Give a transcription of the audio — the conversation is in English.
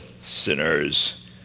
sinners